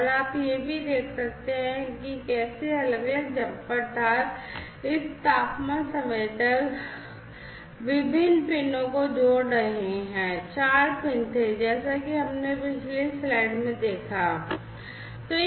और आप यह भी देख सकते हैं कि कैसे ये अलग अलग जम्पर तार इस तापमान संवेदक इस तापमान संवेदक विभिन्न पिनों को जोड़ रहे हैं चार पिन थे जैसा कि हमने पिछली स्लाइड में देखा है